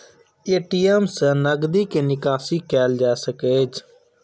ATM सं नकदी के निकासी कैल जा सकै छै